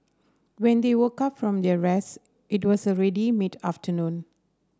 when they woke up from their rest it was already mid afternoon